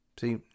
See